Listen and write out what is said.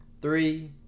three